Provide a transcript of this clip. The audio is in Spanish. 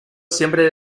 siempre